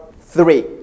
three